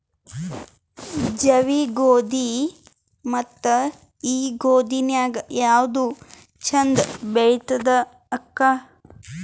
ಜವಿ ಗೋಧಿ ಮತ್ತ ಈ ಗೋಧಿ ನ್ಯಾಗ ಯಾವ್ದು ಛಂದ ಬೆಳಿತದ ಅಕ್ಕಾ?